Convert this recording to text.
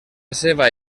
seva